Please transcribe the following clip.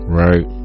right